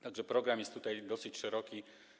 Tak że program jest tutaj dosyć szeroki.